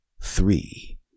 three